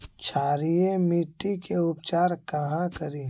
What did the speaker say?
क्षारीय मिट्टी के उपचार कहा करी?